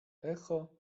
echo